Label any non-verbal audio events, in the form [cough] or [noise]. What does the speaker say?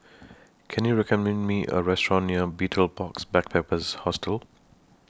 [noise] Can YOU recommend Me A Restaurant near Betel Box Backpackers Hostel